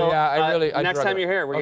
i really next time you're here,